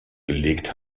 gelegt